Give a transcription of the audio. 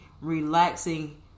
relaxing